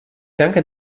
danke